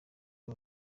uru